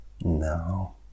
No